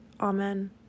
Amen